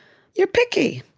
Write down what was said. you're picky.